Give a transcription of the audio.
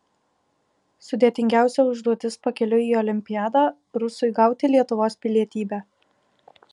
sudėtingiausia užduotis pakeliui į olimpiadą rusui gauti lietuvos pilietybę